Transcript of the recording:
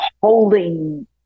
holding